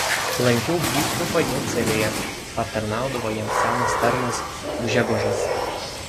lankiau vyskupą jo celėje patarnaudavo jam senas tarnas gžegožas